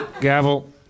Gavel